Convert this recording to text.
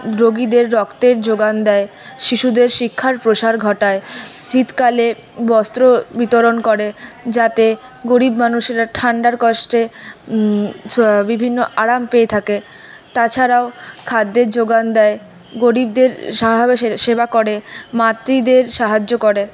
রোগীদের রক্তের জোগান দেয় শিশুদের শিক্ষার প্রসার ঘটায় শীতকালে বস্ত্র বিতরণ করে যাতে গরিব মানুষেরা ঠান্ডার কষ্টে বিভিন্ন আরাম পেয়ে থাকে তাছাড়াও খাদ্যের জোগান দেয় গরিবদের সেবা করে মাতৃদের সাহায্য করে